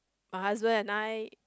my husband and I